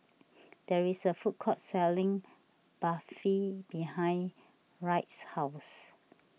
there is a food court selling Barfi behind Wright's house